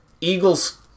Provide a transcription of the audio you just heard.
Eagles